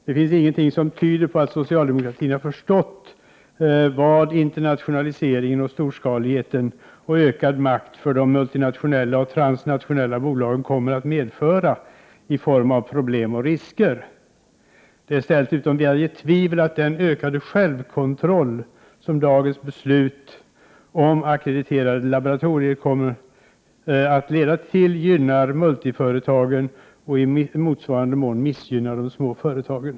Det finns inte någonting som tyder på att socialdemokratin har förstått vad internationalisering, storskalighet och ökad makt åt de multinationella och transnationella bolagen kommer att medföra i form av problem och risker. Det är ställt utom allt tvivel att den ökande självkontroll som dagens beslut om ackrediterade laboratorier kommer att leda till gynnar multiföretagen och i motsvarande mån missgynnar de mindre företagen.